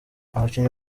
abakinyi